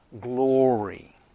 glory